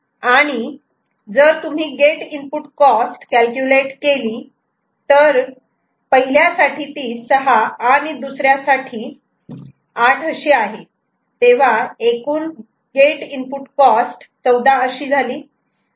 आणि जर तुम्ही गेट इनपुट कॉस्ट कॅल्क्युलेट केली तर पहिल्या साठी ती सहा आणि दुसऱ्यासाठी आठ अशी आहे तेव्हा एकूण गेट इनपुट कॉस्ट 14 अशी झाली